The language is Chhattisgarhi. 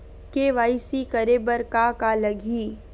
के.वाई.सी करे बर का का लगही?